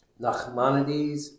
Nachmanides